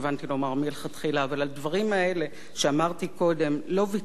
אבל על הדברים האלה, שאמרתי קודם, לא ויתרתי משום